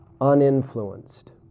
uninfluenced